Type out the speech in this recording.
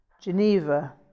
Geneva